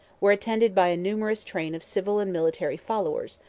were attended by a numerous train of civil and military followers,